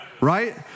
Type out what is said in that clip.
Right